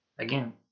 Again